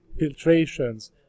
filtrations